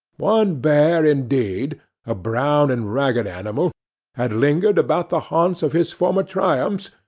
one bear, indeed a brown and ragged animal had lingered about the haunts of his former triumphs,